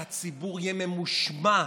שהציבור יהיה ממושמע,